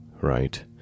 right